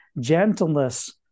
gentleness